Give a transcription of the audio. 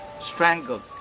strangled